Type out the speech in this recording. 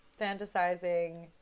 fantasizing